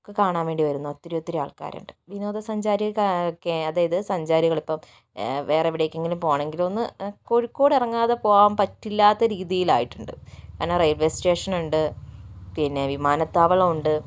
ഒക്കെ കാണാൻ വേണ്ടി വരുന്ന ഒത്തിരി ഒത്തിരി ആൾക്കാരുണ്ട് വിനോദ സഞ്ചാരി അതായത് സഞ്ചാരികളിപ്പോൾ വേറെയെവിടേക്കെങ്കിലും പോവണമെങ്കിലൊന്ന് കോഴിക്കോട് ഇറങ്ങാതെ പോകാൻ പറ്റില്ലാത്ത രീതിയിലായിട്ടുണ്ട് കാരണം റെയിൽവേ സ്റ്റേഷനുണ്ട് പിന്നെ വിമാനത്താവളമുണ്ട്